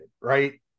right